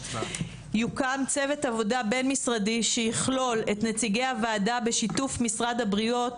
יוקם צוות עבודה בין משרדי שיכלול את נציגי הוועדה בשיתוף משרד הבריאות,